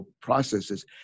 processes